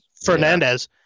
Fernandez